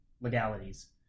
legalities